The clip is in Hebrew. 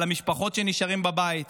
על המשפחות שנשארות בבית,